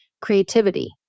creativity